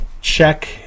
check